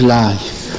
life